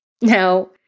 Now